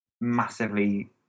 massively